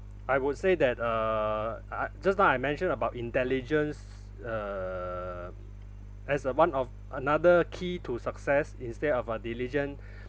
I would say that uh I I just now I mentioned about intelligence uh as a one of another key to success instead of a diligent